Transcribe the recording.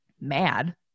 mad